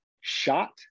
shot